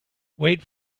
wait